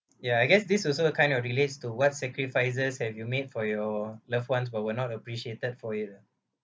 ya I guess this also kind of relates to what sacrifices have you made for your loved ones but were not appreciated for it ah